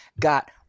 got